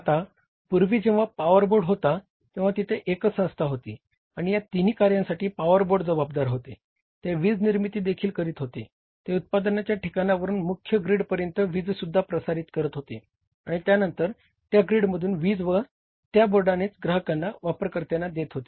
आता पूर्वी जेव्हा पॉवर बोर्ड होता तेव्हा तिथे एकच संस्था होती आणि या तिन्ही कार्यांसाठी पॉवर बोर्ड जबाबदार होते ते वीज निर्मिती देखील करीत होते ते उत्पादनाच्या ठिकाणावरून मुख्य ग्रीडपर्यत वीजसुद्धा प्रसारित करीत होते आणि त्यानंतर त्या ग्रीडमधून वीज त्या बोर्डानेच ग्राहकांना व वापरकर्त्यांना देत होते